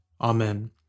Amen